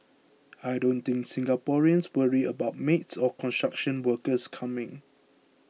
I don't think Singaporeans worry about maids or construction workers coming